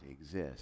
exist